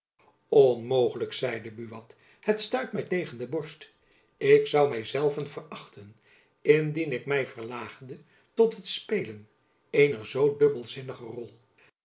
onmogelijk zeide buat het stuit my tegen de borst ik zoû my zelven verachten indien ik my verlaagde tot het spelen eener zoo dubbelzinnige rol